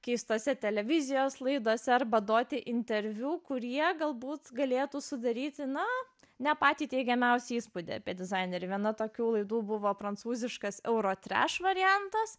keistose televizijos laidose arba duoti interviu kurie galbūt galėtų sudaryti na ne patį teigiamiausią įspūdį apie dizainerį viena tokių laidų buvo prancūziškas euro treš variantas